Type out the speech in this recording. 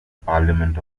parliament